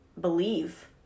believe